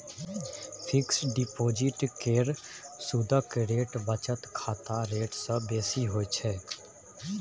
fix deposit केर सुदक rate बचत खाताक रेट सँ बेसी होइ छै